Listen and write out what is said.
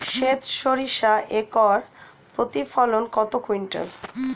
সেত সরিষা একর প্রতি প্রতিফলন কত কুইন্টাল?